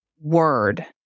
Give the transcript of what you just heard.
word